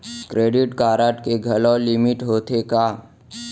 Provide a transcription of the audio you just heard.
Credit card के घलव limit होथे का?